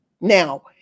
Now